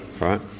Right